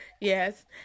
Yes